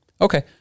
okay